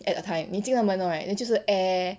at a time 你进了门了 right then 就是 air